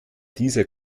dieser